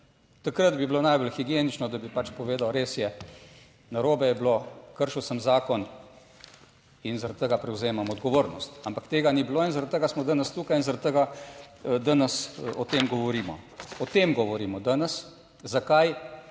Takrat bi bilo najbolj higienično, da bi pač povedal, res je, narobe je bilo, kršil sem zakon in zaradi tega prevzemam odgovornost, ampak tega ni bilo in zaradi tega smo danes tukaj in zaradi tega danes o tem govorimo. O tem govorimo danes. Zakaj